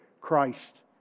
Christ